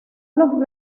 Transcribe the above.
los